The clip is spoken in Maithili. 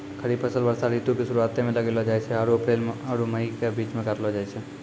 खरीफ फसल वर्षा ऋतु के शुरुआते मे लगैलो जाय छै आरु अप्रैल आरु मई के बीच मे काटलो जाय छै